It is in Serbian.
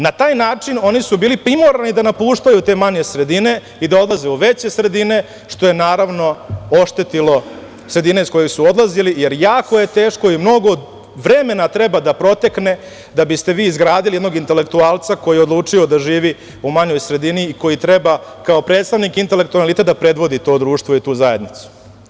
Na taj način oni su bili primorani da napuštaju te manje sredine i da odlaze u veće sredine što je naravno oštetilo sredine iz kojih su odlazili, jer jako je teško i mnogo vremena treba da protekne da biste vi izgradili jednog intelektualca koji je odlučio da živi u manjoj sredini i koji treba kao predstavnik intelektualne elite da predvodi to društvo i tu zajednicu.